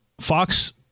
Fox